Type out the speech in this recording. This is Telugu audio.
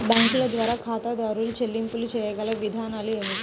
బ్యాంకుల ద్వారా ఖాతాదారు చెల్లింపులు చేయగల విధానాలు ఏమిటి?